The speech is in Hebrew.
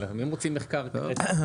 אבל אם רוצים מחקר גרידא,